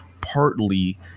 partly